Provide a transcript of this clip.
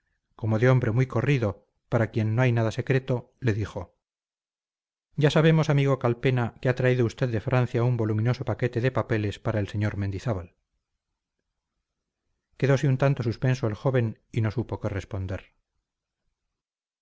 como de hombre muy corrido para quien no hay nada secreto le dijo ya sabemos amigo calpena que ha traído usted de francia un voluminoso paquete de papeles para el sr mendizábal quedose un tanto suspenso el joven y no supo